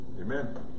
Amen